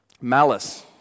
malice